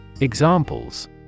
Examples